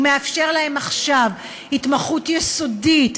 ומאפשר להם עכשיו התמחות יסודית,